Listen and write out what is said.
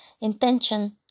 intention